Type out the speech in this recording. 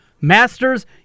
Masters